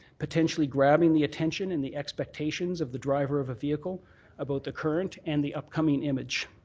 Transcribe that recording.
potentially grabbing the attention and the expectations of the driver of a vehicle about the current and the upcoming image.